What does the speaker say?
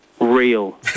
Real